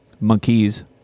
monkeys